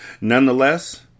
Nonetheless